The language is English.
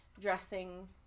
dressing